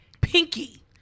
pinky